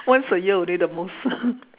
once a year only the most